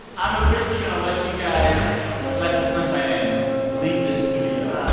i'm officially going to let you guys let the sunshine in and leave this studio.